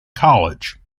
college